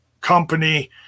company